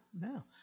No